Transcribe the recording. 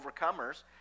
overcomers